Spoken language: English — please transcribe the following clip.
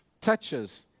touches